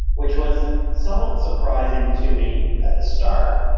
which was somewhat surprising to me at the start.